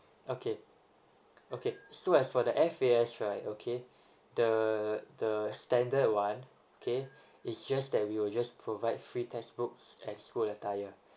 okay okay so as for the F_A_S right okay the the standard one okay it's just that we will just provide free textbooks and school attire